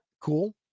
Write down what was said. Cool